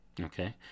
Okay